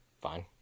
Fine